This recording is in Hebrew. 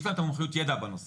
יש להם את המומחיות והידע בנושא.